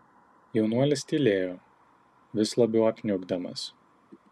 jaunuolis tylėjo vis labiau apniukdamas